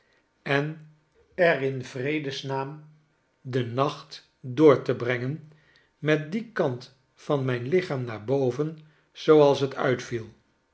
en er in vredesnaam den nacht door te brengen met dien kant van mijn lichaam naar boven zooals t uitviel